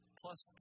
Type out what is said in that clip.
plus